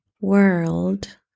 world